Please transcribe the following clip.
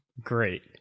great